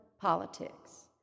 politics